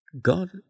God